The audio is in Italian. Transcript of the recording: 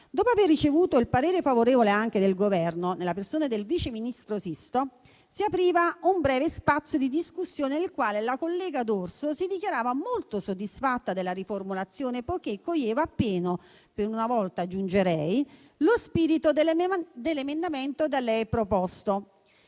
Dopo l'espressione del parere favorevole anche del Governo, nella persona del vice ministro Sisto, si è aperto un breve spazio di discussione, nel quale la collega D'orso si dichiarava molto soddisfatta della riformulazione, poiché coglieva appieno - per una volta, aggiungerei - lo spirito dell'emendamento da lei proposto.